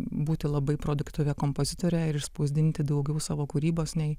būti labai produktyvi kompozitore ir išspausdinti daugiau savo kūrybos nei